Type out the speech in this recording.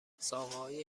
ساقههای